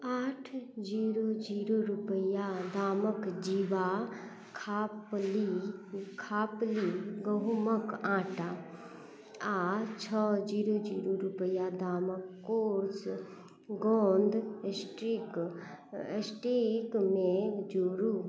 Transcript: आठ zero zero रुपैआ दामके जीवा खापली खापली गहूँमके आटा आओर छओ जीरो जीरो रुपैआ दामके कोर्स गोन्द इस्टिक इस्टिकमे जोड़ू